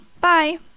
Bye